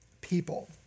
people